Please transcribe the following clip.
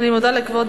אני מודה לכבוד